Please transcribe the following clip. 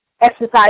Exercise